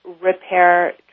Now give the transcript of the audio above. repair